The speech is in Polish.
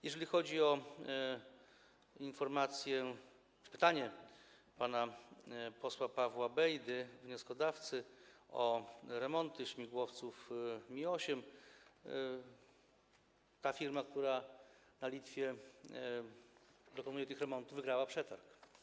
Jeżeli chodzi o informację czy pytanie pana posła Pawła Bejdy, wnioskodawcy, o remonty śmigłowców Mi-8, ta firma, która na Litwie dokonuje tych remontów, wygrała przetarg.